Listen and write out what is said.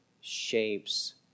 shapes